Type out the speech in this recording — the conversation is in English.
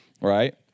right